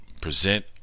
present